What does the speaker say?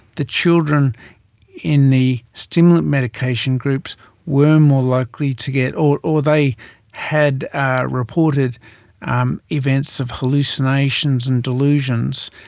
the children in the stimulant medication groups were more likely to get, or or they had ah reported um events of hallucinations and delusions.